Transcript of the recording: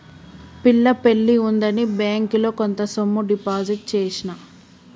పిల్ల పెళ్లి ఉందని బ్యేంకిలో కొంత సొమ్ము డిపాజిట్ చేసిన